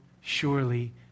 surely